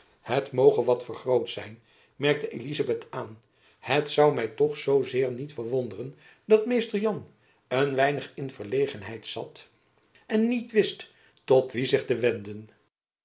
het moge wat vergroot zijn merkte elizabeth aan het zoû my toch zoo zeer niet verwonderen dat mr jan een weinig in de verlegenheid zat en niet wist tot wien zich te wenden